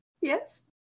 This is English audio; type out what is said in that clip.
Yes